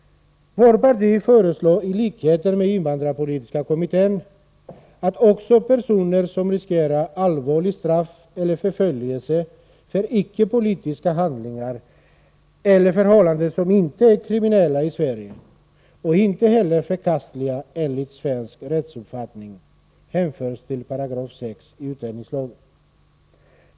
Vårt parti föreslår i likhet med invandrarpolitiska kommittén att också personer som riskerar allvarligt straff eller förföljelse för icke-politiska handlingar eller förhållanden som inte är kriminella i Sverige och inte heller förkastliga enligt svensk rättsuppfattning hänförs till 6 § i utlänningslagen.